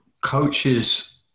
coaches